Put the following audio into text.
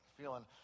feeling